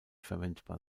verwendbar